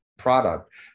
product